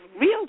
real